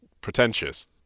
pretentious